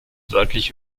wörtlich